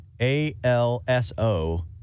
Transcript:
A-L-S-O